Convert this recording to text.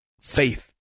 faith